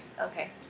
Okay